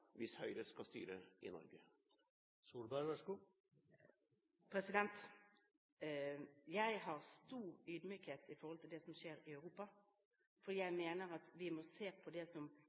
hvis Høyre skal styre i Norge? Jeg har stor ydmykhet overfor det som skjer i Europa, for jeg mener at vi må se på det som